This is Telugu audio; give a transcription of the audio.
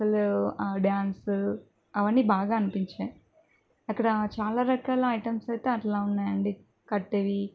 అస్సలు ఆ డ్యాన్సు అవన్నీ బాగా అనిపించాయి అక్కడా చాలా రకాల ఐటమ్స్ అయితే అట్లా ఉన్నాయండి కట్టేవి